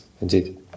Indeed